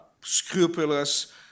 scrupulous